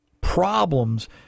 problems